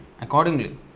accordingly